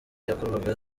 yakorwaga